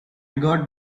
got